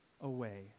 away